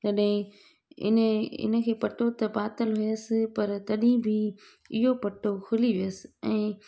तॾहिं इन इनखे पटो त पातलु हुयसि पर तॾहिं बि इहो पटो खुली वियसि ऐं